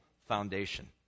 foundation